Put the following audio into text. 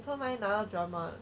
拿到 drama eh